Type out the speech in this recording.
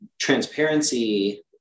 transparency